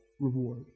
reward